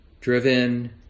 driven